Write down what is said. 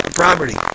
property